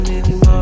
anymore